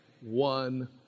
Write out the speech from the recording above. one